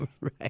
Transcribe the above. Right